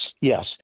Yes